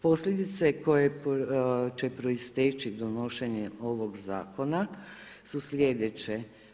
Posljedice koje će proisteći donošenjem ovog zakona su sljedeće.